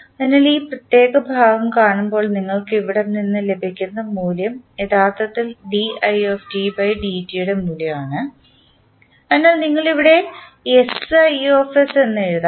അതിനാൽ ഈ പ്രത്യേക ഭാഗം കാണുമ്പോൾ നിങ്ങൾക്ക് ഇവിടെ നിന്ന് ലഭിക്കുന്ന മൂല്യം യഥാർത്ഥത്തിൽ യുടെ മൂല്യമാണ് അതിനാൽ നിങ്ങൾക്ക് ഇവിടെ എന്നു എഴുതാം